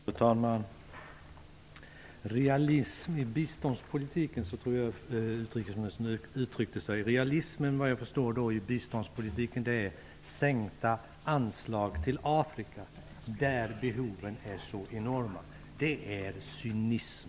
Fru talman! Realism i biståndspolitiken talar utrikesministern om. Realismen i biståndspolitiken är, såvitt jag förstår, sänkta anslag till Afrika där behoven är enorma. Det är cynism!